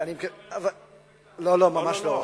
לא, לא, ממש לא.